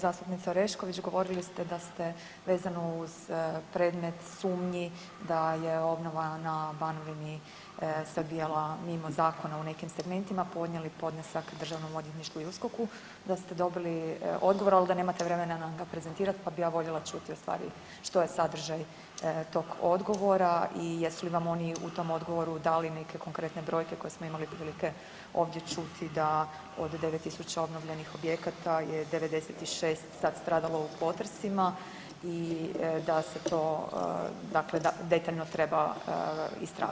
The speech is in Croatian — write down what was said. Zastupnice Orešković, govorili ste da ste vezano uz predmet sumnji da je obnova na Banovini se odvijala mimo zakona u nekim segmentima podnijeli podnesak Državnom odvjetništvu i USKOK-u, da ste dobili odgovor, ali da nemate vremena nam ga prezentirati, pa bih ja voljela čuti u stvari što je sadržaj tog odgovora i jesu li vam oni u tom odgovoru dali neke konkretne brojke koje smo imali prilike ovdje čuti da od 9000 obnovljenih objekata je 96 sad stradalo u potresima i da se to detaljno treba istražiti.